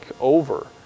over